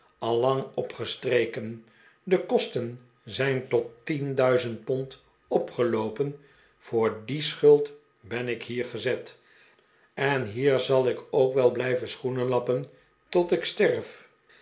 al lang opgestreken de kosten zijn tot tienduizend pond opgeloopen voor die schuld ben ik hier gezet en hier zal ik dan ook wel blijven schoenen lappen tot ik sterf